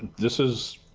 this is